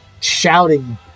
shouting